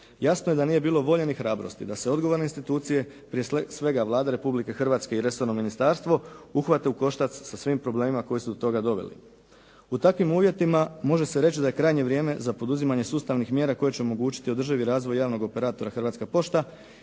Jasno je da nije bilo ni volje ni hrabrosti da se odgovorne institucije prije svega Vlada Republike Hrvatske i resorno ministarstvo uhvate u koštac sa svim problemima koji su do toga doveli. U takvim uvjetima može se reći da je krajnje vrijeme za poduzimanje sustavnih mjera koje će omogućiti održivi razvoj javnog operatora Hrvatska pošta